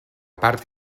part